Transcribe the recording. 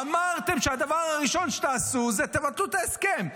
אמרתם שהדבר הראשון שתעשו זה לבטל את ההסכם.